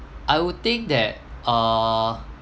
I would think that err